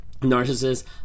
Narcissists